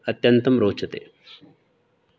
अत्यन्तं रोचते